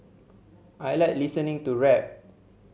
I like listening to rap